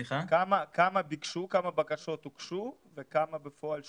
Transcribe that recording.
כמה בקשות הוגשו וכמה בפועל שולמו?